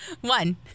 One